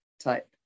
type